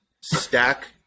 stack